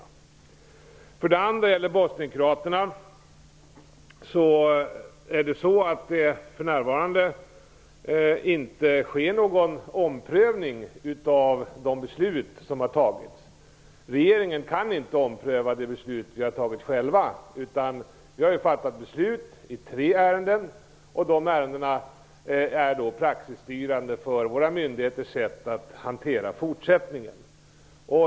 När det gäller bosnienkroaterna sker det för närvarande ingen omprövning av de beslut som har fattats. Vi i regeringen kan inte ompröva de beslut vi själva har fattat. Vi har fattat beslut i tre ärenden. De ärendena är praxisstyrande för våra myndigheternas sätt att hantera fortsättningen.